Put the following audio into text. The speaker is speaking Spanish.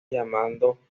llamando